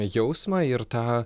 jausmą ir tą